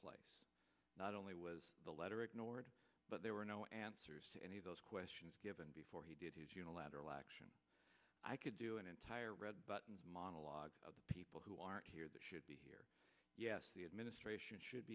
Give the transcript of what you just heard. place not only was the letter ignored but there were no answers to any of those questions given before he did his unilateral action i could do an entire red button monologue of people who aren't here that should be here yes the administration should